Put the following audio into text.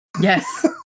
Yes